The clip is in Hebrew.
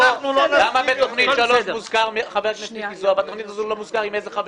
למה בתוכנית 3 לא מוזכר עם איזה חבר